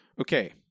Okay